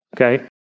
okay